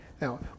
now